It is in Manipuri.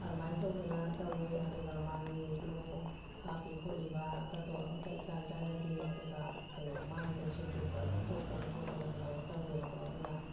ꯑꯗꯨꯃꯥꯏꯅ ꯇꯧꯗꯅ ꯇꯧꯋꯦ ꯑꯗꯨꯒ ꯃꯥꯒꯤ ꯒ꯭ꯂꯣ ꯍꯥꯞꯄꯤ ꯈꯣꯠꯂꯤꯕꯒꯗꯣ ꯑꯃꯇ ꯏꯆꯥꯟ ꯆꯥꯟꯅꯗꯦ ꯑꯗꯨꯒ ꯀꯩꯅꯣ ꯃꯥꯏꯗꯁꯨ ꯄꯤꯝꯄꯜꯒ ꯊꯣꯛꯇꯅ ꯈꯣꯠꯇꯅ ꯑꯗꯨꯃꯥꯏꯅ ꯇꯧꯋꯦꯕ ꯀꯣ ꯑꯗꯨꯅ